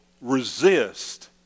resist